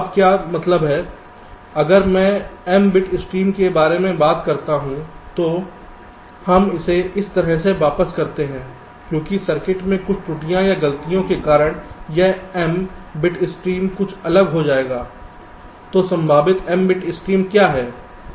अब क्या मतलब है अगर मैं m बिट स्ट्रीम के बारे में बात करता हूं तो हम इसे इस तरह से वापस करते हैं क्योंकि सर्किट में कुछ त्रुटि या गलती के कारण यह m बिट स्ट्रीम कुछ अलग हो जाएगा तो संभावित m बिट स्ट्रीम क्या हैं